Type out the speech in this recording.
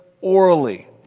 orally